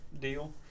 deal